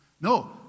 No